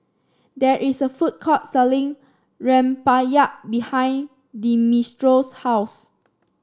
there is a food court selling rempeyek behind Dimitrios' house